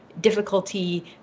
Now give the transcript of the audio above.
difficulty